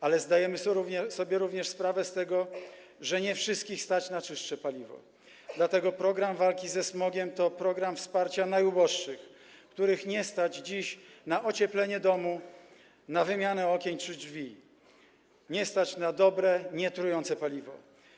Ale zdajemy sobie również sprawę z tego, że nie wszystkich stać na czystsze paliwo, dlatego program walki ze smogiem to program wsparcia najuboższych, których nie stać dziś na ocieplenie domu, na wymianę okien czy drzwi, nie stać na dobre, nietrujące paliwo.